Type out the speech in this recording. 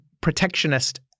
protectionist